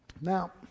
Now